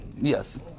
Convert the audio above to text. Yes